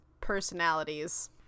personalities